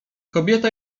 kobieta